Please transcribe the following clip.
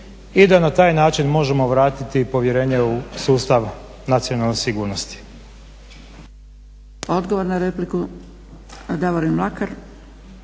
i da na taj način možemo vratiti povjerenje u sustav nacionalne sigurnosti.